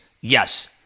Yes